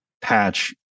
patch